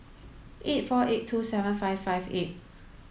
eight four eight two seven five five eight